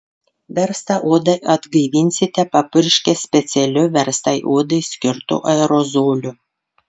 verstą odą atgaivinsite papurškę specialiu verstai odai skirtu aerozoliu